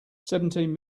seventeen